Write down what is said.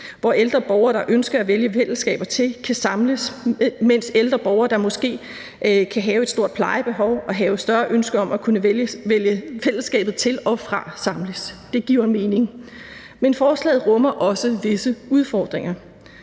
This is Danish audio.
hvor ældre borgere, der ønsker at vælge fællesskaber til, kan samles, mens ældre borgere, der måske kan have et stort plejebehov og have større ønske om at kunne vælge fællesskabet til og fra, samles. Det giver mening. Men forslaget rummer også visse udfordringer: